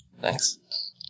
Thanks